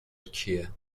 کیه